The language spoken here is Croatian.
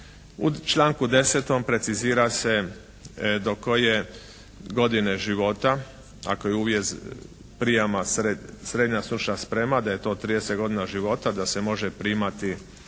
U članku 10. precizira se do koje godine života ako je uvjet prijama srednja stručna sprema da je to 30 godina života da se može primati